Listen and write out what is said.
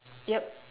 yup